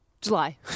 July